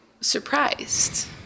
surprised